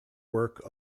work